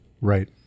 Right